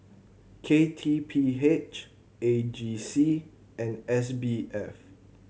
K T P H A G C and S B F